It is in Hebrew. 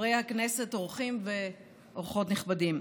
וחברי הכנסת, אורחים ואורחות נכבדים,